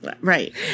Right